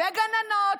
וגננות,